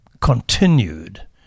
continued